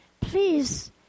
please